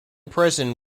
prison